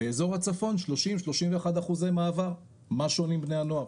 באזור הצפון 31 אחוזי מעבר, מה שונים בני הנוער?